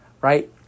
right